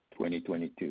2022